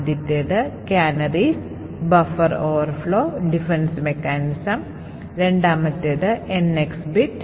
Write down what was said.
ആദ്യത്തേത് Canacries buffer overflow defense mechanism രണ്ടാമത്തേത് NX bit